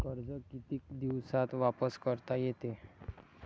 कर्ज कितीक दिवसात वापस करता येते?